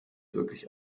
wirklich